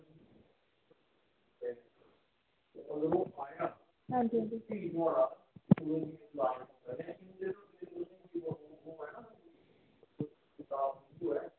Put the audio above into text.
हां जी हां जी